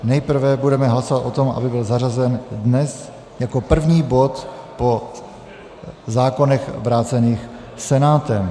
Nejprve budeme hlasovat o tom, aby byl zařazen dnes jako první bod po zákonech vrácených Senátem.